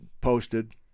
posted